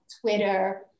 Twitter